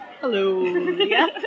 Hello